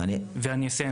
אבל קודם שיהיו